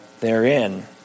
therein